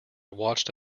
watched